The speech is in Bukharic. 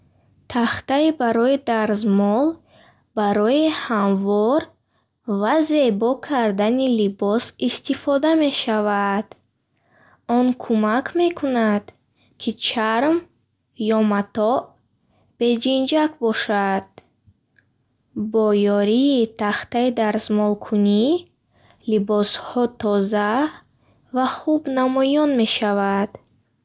Тахтаи барои дарзмол барои ҳамвор ва зебо кардани либос истифода мешавад. Он кӯмак мекунад, ки чарм ё матоъ бе ҷинҷак бошад. Бо ёрии тахтаи дарзмолкунӣ либосҳо тоза ва хуб намоён мешаванд.